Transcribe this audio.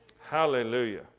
Hallelujah